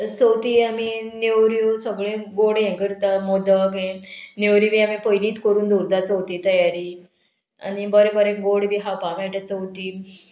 चवथी आमी नेवऱ्यो सगळ्यो गोड हें करता मोदक हें नेवऱ्यो बी आमी पयलींत करून दवरता चवथी तयारी आनी बरें बरें गोड बी खावपा मेळटा चवथी